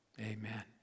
Amen